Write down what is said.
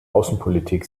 außenpolitik